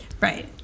Right